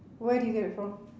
where do you get it from